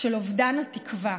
של אובדן התקווה.